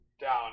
down